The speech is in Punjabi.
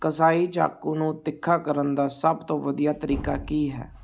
ਕਸਾਈ ਚਾਕੂ ਨੂੰ ਤਿੱਖਾ ਕਰਨ ਦਾ ਸਭ ਤੋਂ ਵਧੀਆ ਤਰੀਕਾ ਕੀ ਹੈ